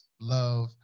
love